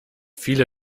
viele